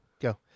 Go